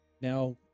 now